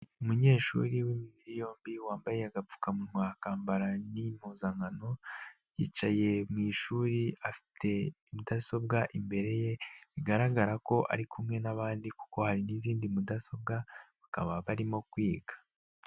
Umunyeshuri w'imibiri yombi wambaye agapfukamunwa, akambara n'impuzankano yicaye mu ishuri afite mudasobwa imbere ye bigaragara ko ari kumwe n'abandi kuko hari n'izindi mudasobwa bakaba barimo kwiga.